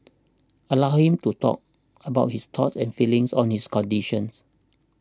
allow him to talk about his thoughts and feelings on his conditions